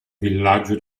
villaggio